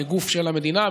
כגוף של המדינה,